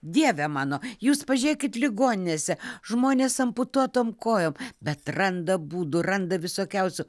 dieve mano jūs pažėkit ligoninėse žmonės amputuotom kojom bet randa būdų randa visokiausių